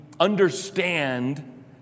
understand